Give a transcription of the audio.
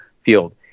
field